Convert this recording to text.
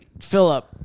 Philip